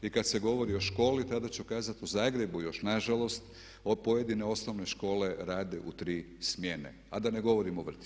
I kad se govori o školi tada ću kazati u Zagrebu još na žalost pojedine osnovne škole rade u tri smjene, a da ne govorim o vrtićima.